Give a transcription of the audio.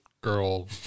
girl